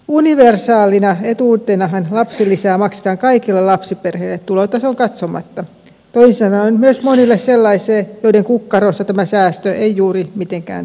universaalina etuutenahan lapsilisää maksetaan kaikille lapsiperheille tulotasoon katsomatta toisin sanoen myös monille sellaisille joiden kukkarossa tämä säästö ei juuri mitenkään tunnu